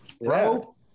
Bro